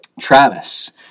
Travis